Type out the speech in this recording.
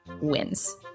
Wins